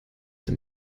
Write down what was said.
dem